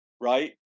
right